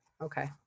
Okay